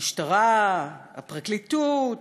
המשטרה, הפרקליטות,